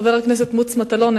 חבר הכנסת מוץ מטלון,